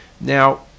Now